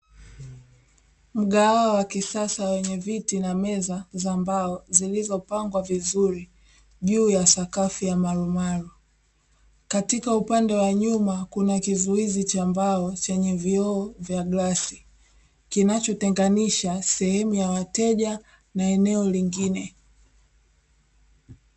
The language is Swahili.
Mgahawa wa kisasa wenye viti na meza za mbao zilizopangwa vizuri juu ya sakafu ya marumaru, katika upande wa nyuma kuna kizuizi cha mbao chenye vioo vya glasi kinachotenganisha sehemu ya wateja na eneo lingine